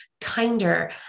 kinder